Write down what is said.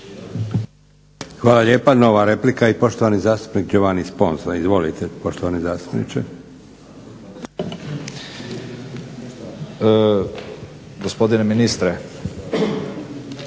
Hvala lijepa. Nova replika i poštovani zastupnik Giovanni Sponza. Izvolite poštovani zastupniče. **Sponza,